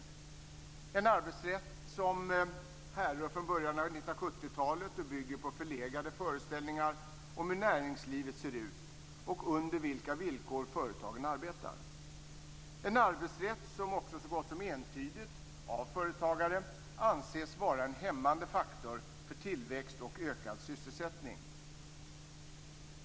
Det är en arbetsrätt som härrör från början av 1970-talet och bygger på förlegade föreställningar om hur näringslivet ser ut och under vilka villkor företagen arbetar, en arbetsrätt som också så gott som entydigt, av företagare, anses vara en hämmande faktor för tillväxt och ökad sysselsättning.